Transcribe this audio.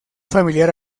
familiar